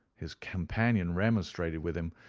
his companion remonstrated with him,